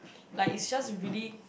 like it just really